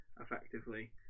effectively